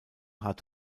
hat